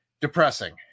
depressing